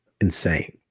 insane